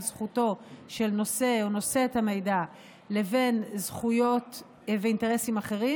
זכותו של נושא או נושאת המידע לבין זכויות ואינטרסים אחרים,